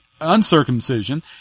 uncircumcision